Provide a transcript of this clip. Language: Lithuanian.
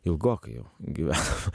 ilgokai jau gyvenam